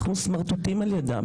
אנחנו סמרטוטים על ידם.